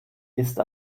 ist